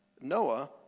Noah